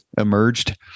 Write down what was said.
emerged